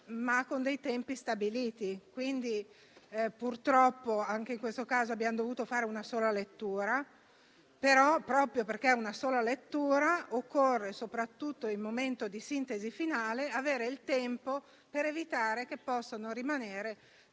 ma con dei tempi stabiliti, quindi purtroppo anche in questo caso abbiamo dovuto fare una sola lettura. Ma proprio perché è una sola lettura occorre, soprattutto nel momento di sintesi finale, avere il tempo per evitare che possano rimanere